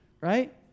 Right